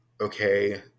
okay